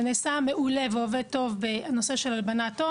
זה נעשה מעולה ועובד טוב בנושא של הלבנת הון.